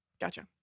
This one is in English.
Gotcha